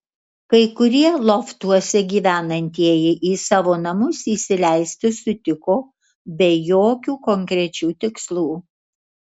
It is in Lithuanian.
kai kurie loftuose gyvenantieji į savo namus įsileisti sutiko be jokių konkrečių tikslų